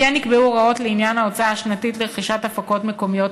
כמו כן נקבעו הוראות לעניין ההוצאה השנתית על רכישת הפקות מקומיות